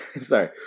Sorry